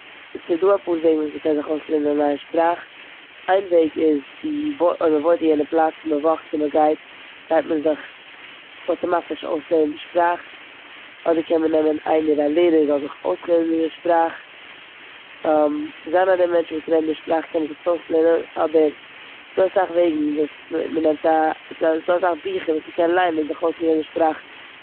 ס'דא אפאר וועגן וואזוי מ'קען זיך אויס לערנען נייע שפראך. איין וועג אז צו אויב מ'וואינט און יענע פלאץ אויב מ'וואקט און מ'גייט גייט מען זיך אטאמאטיש אויס לערנען יענע שפראך. אדער קען מען נעמעו איינער א לערער זאל דיך אויס לערנען יענע שפראך. זיין ארום מענטשן וואס רעדן די שפראך קען מען זיך עס אויס לערנען. אבער ס'דא אסאך וועגן וואס מ'נעמט א, ס'דא ס'דא אסאך ביכער וואס מ'קען ליינען זיך אויס צו לערנען שפראכן.